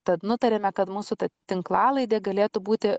tad nutarėme kad mūsų tinklalaidė galėtų būti